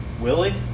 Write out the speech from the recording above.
Willie